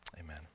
amen